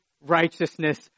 righteousness